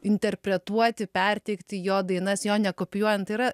interpretuoti perteikti jo dainas jo nekopijuojant tai yra